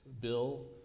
bill